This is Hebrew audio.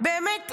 באמת,